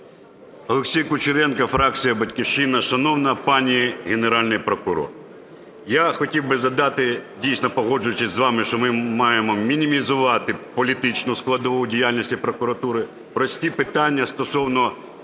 Олексій Кучеренко, фракція "Батьківщина". Шановна пані Генеральний прокурор, я хотів би задати дійсно, погоджуючись з вами, що ми маємо мінімізувати політичну складову діяльності прокуратури, прості питання стосовно